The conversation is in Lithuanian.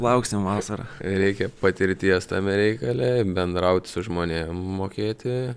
lauksim vasarą reikia patirties tame reikale bendraut su žmonėm mokėti